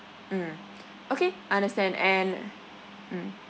mm okay understand and mm